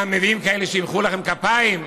גם מביאים כאלה שימחאו לכם כפיים,